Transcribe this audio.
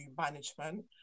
management